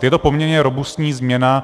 Je to poměrně robustní změna.